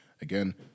Again